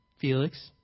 Felix